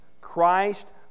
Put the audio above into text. Christ